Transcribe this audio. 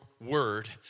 word